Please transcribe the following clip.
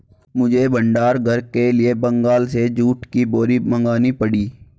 मुझे भंडार घर के लिए बंगाल से जूट की बोरी मंगानी पड़ी